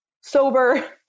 sober